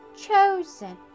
chosen